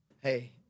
Hey